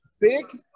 big